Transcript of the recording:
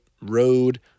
road